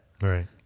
Right